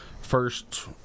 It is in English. first